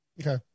Okay